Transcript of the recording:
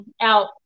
out